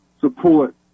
support